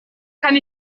kann